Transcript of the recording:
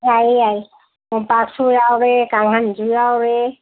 ꯌꯥꯏꯌꯦ ꯌꯥꯏꯌꯦ ꯃꯣꯝꯄꯥꯛꯁꯨ ꯌꯥꯎꯔꯦ ꯀꯥꯡꯈꯜꯁꯨ ꯌꯥꯎꯔꯦ